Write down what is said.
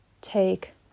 take